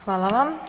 Hvala vam.